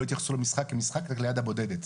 לא התייחסו למשחק כמשחק רק ליד הבודדת.